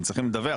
הם צריכים לדווח,